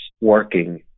working